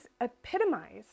epitomized